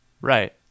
right